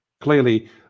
Clearly